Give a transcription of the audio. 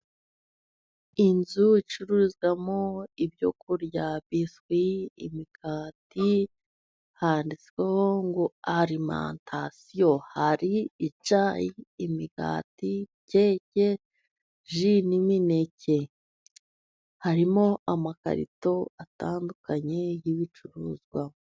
Inzu icururizwamo ibyo kurya biswi, imigati, handitsweho ngo arimatasiyo hari icyayi, imigati, keke, ji n'imineke, harimo amakarito atandukanye y'ibicuruzwa.